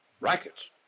Rackets